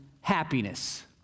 happiness